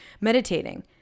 Meditating